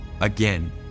again